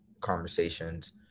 conversations